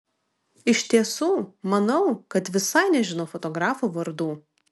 iš tiesų manau kad visai nežinau fotografų vardų